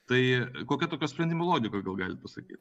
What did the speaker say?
tai kokia tokio sprendimo logika gal galit pasakyt